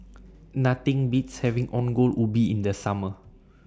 Nothing Beats having Ongol Ubi in The Summer